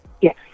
Yes